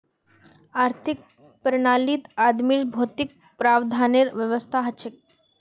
आर्थिक प्रणालीत आदमीर भौतिक प्रावधानेर व्यवस्था हछेक